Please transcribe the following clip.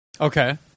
Okay